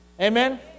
Amen